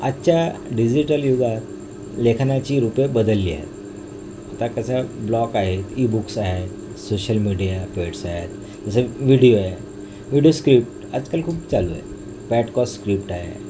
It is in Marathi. आजच्या डिजिटल युगात लेखनाची रूपे बदलली आहेत आता कसं ब्लॉक आहेत ईबुक्स आहे सोशल मीडिया पेट्स आहेत जसं विडिओ आहे विडिओ स्क्रिप्ट आजकाल खूप चालू आहे पॅडकॉस्ट स्क्रिप्ट आहे